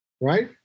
right